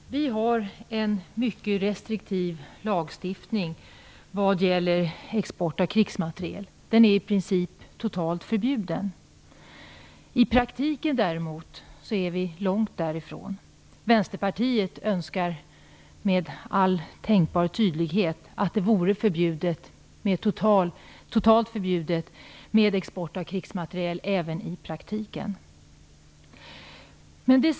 Fru talman! Vi har en mycket restriktiv lagstiftning vad gäller export av krigsmateriel. Sådan export är i princip totalt förbjuden, men i praktiken är vi långt därifrån. Vi i Vänsterpartiet önskar med all tänkbar tydlighet att export av krigsmateriel även i praktiken skulle vara totalt förbjuden.